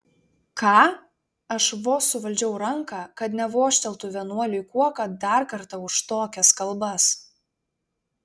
ką aš vos suvaldžiau ranką kad nevožteltų vienuoliui kuoka dar kartą už tokias kalbas